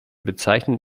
bezeichnen